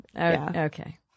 Okay